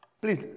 please